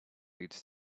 leads